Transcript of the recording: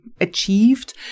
achieved